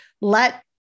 Let